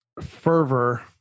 fervor